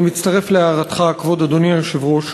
אני מצטרף להערתך, כבוד אדוני היושב-ראש.